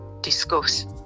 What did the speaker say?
discuss